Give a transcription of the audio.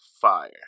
Fire